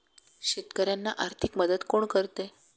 शेतकऱ्यांना आर्थिक मदत कोण करते?